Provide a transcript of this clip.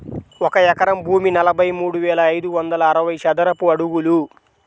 ఒక ఎకరం భూమి నలభై మూడు వేల ఐదు వందల అరవై చదరపు అడుగులు